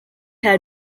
had